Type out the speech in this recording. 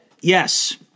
Yes